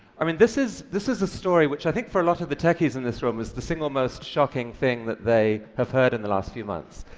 i mean, this is this is a story which i think for a lot of the techies in this room is the single most shocking thing that they have heard in the last few months.